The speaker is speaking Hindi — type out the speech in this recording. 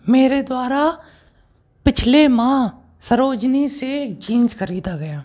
मेरे द्वारा पिछले माह सरोजनी से जीन्स खरीदा गया